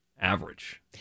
average